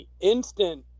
instant